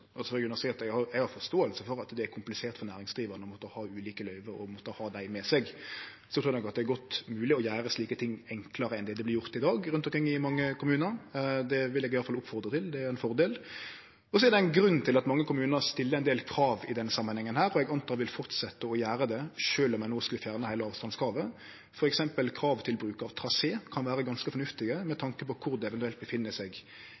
at eg har forståing for at det er komplisert for næringsdrivande å måtte ha ulike løyve og måtte ha dei med seg. Det er godt mogleg å gjere slike ting enklare enn det det vert gjort i dag rundt omkring i mange kommunar. Det vil eg iallfall oppfordre til, det er ein fordel. Så er det ein grunn til at mange kommunar stiller ein del krav i denne samanhengen, og eg går ut frå at dei vil fortsetje å gjere det sjølv om ein skulle fjerne heile avstandskravet. For eksempel kan krav til bruk av trasé vere ganske fornuftig med